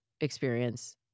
experience